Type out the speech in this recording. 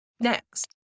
next